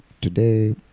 today